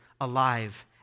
alive